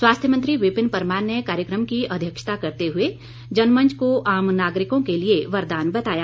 स्वास्थ्य मंत्री विपिन परमार ने कार्यक्रम की अध्यक्षता करते हुए जनमंच को आम नागरिकों के लिए वरदान बताया